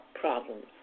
problems